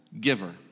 giver